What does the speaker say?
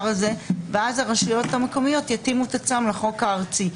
הזה ואז הרשויות המקומיות יתאימו את עצמן לחוק הארצי.